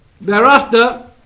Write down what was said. Thereafter